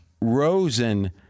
Rosen